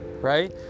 right